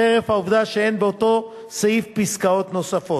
חרף העובדה שאין באותו סעיף פסקאות נוספות.